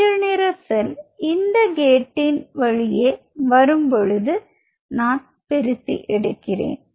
மஞ்சள் நிற செல் இந்த கேட்டின் வழியே வரும் பொழுது பிரித்து எடுக்கிறேன்